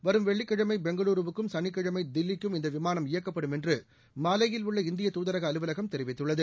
வரும் வெள்ளிக்கிழமை பெங்களூருக்கும் சனிக்கிழமை தில்லிக்கும் இந்த விமானம் இயக்கப்படும் என்று மாலேயில் உள்ள இந்திய தூதரக அலுவலகம் தெரிவித்துள்ளது